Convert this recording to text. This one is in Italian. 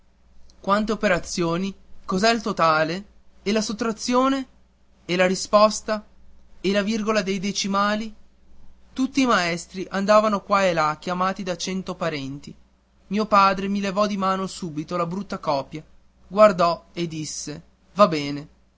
quante operazioni cos'è il totale e la sottrazione e la risposta e la virgola dei decimali tutti i maestri andavano qua e là chiamati da cento parti mio padre mi levò di mano subito la brutta copia guardò e disse va bene